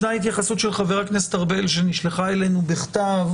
ישנה התייחסות של חה"כ ארבל שנשלחה אלינו בכתב,